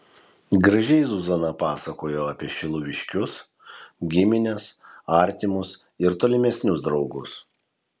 gražiai zuzana pasakojo apie šiluviškius gimines artimus ir tolimesnius draugus